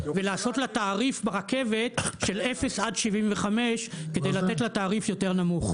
ולעשות לה תעריף רכבת של 0 עד 75 כדי לתת לה תעריף יותר נמוך.